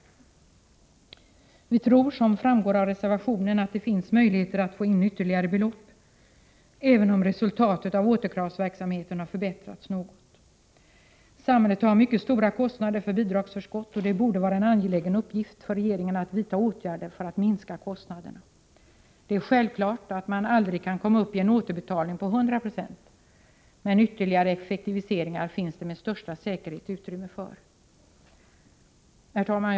Vi tror, som framgår av reservationen, att det finns möjligheter att få in ytterligare belopp även om resultatet av återkravsverksamheten har förbättrats något. Samhället har mycket stora kostnader för bidragsförskott, och det borde vara en angelägen uppgift för regeringen att vidta åtgärder för att minska kostnaderna. Det är självklart att man aldrig kan komma upp i en återbetalning på 100 90, men ytterligare effektiviseringar finns det med största säkerhet utrymme för. Herr talman!